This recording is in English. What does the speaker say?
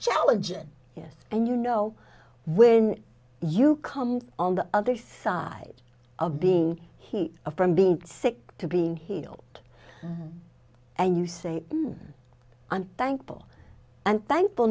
challenge yes and you know when you come on the other side of being heat from being sick to being healed and you say i'm thankful and thankful